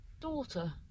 daughter